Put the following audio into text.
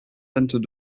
vingt